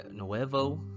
Nuevo